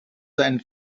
seinen